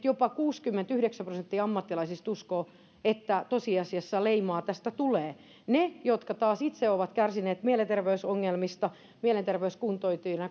jopa kuusikymmentäyhdeksän prosenttia ammattilaisista uskoo että tosiasiassa leimaa tästä tulee niistäkin jotka taas itse ovat kärsineet mielenterveysongelmista mielenterveyskuntoutujina